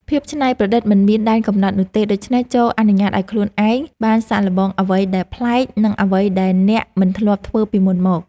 ភាពច្នៃប្រឌិតមិនមានដែនកំណត់នោះទេដូច្នេះចូរអនុញ្ញាតឱ្យខ្លួនឯងបានសាកល្បងអ្វីដែលប្លែក និងអ្វីដែលអ្នកមិនធ្លាប់ធ្វើពីមុនមក។